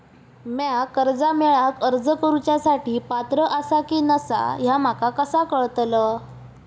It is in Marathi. म्या कर्जा मेळाक अर्ज करुच्या साठी पात्र आसा की नसा ह्या माका कसा कळतल?